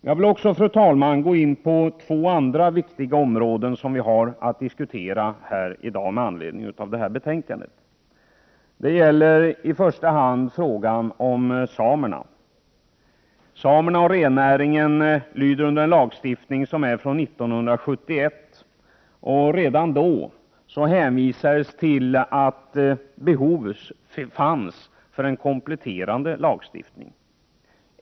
Jag vill också, fru talman, gå in på två andra viktiga områden som vi har att diskutera med anledning av betänkandet. Det gäller i första hand frågan om samerna. Samerna och rennäringen lyder under en lagstiftning från 1971. Redan då hänvisade man till att det fanns behov av en kompletterande lagstiftning.